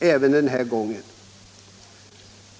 även den här gången.